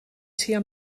tua